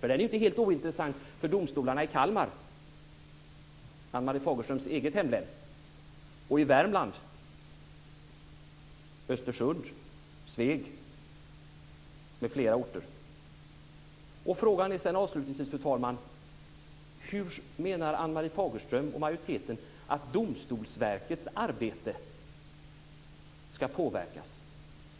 Den är ju inte helt ointressant för domstolarna i Kalmar, Ann-Marie Fagerströms eget hemlän, och i Värmland, i Östersund och Sveg, m.fl. orter. Avslutningsvis, fru talman, är frågan: Hur menar Ann-Marie Fagerström och majoriteten att Domstolsverkets arbete ska påverkas?